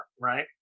right